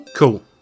Cool